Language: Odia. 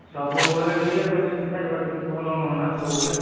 ସବୁବେଳେ ଟିକେ ମେଡ଼ିସିନ ଖାଇବାଟା ଟିକେ ଭଲ ନୁହଁ ନା ସବୁବେଳେ